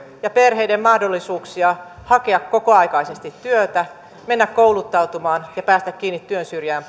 ja perheiden mahdollisuuksia hakea kokoaikaisesti työtä mennä kouluttautumaan ja päästä paremmin työn syrjään